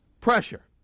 pressure